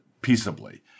peaceably